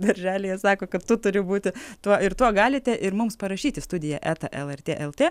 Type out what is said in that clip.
darželyje sako kad tu turi būti tuo ir tuo galite ir mums parašyt į studiją eta lrt lt